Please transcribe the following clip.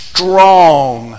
Strong